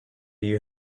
you